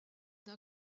d’un